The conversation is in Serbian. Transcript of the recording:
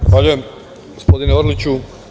Zahvaljujem, gospodine Orliću.